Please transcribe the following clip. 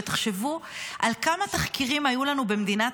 תחשבו על כמה תחקירים היו לנו במדינת